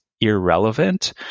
irrelevant